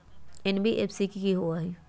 NBFC कि होअ हई?